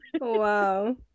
wow